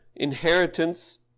Inheritance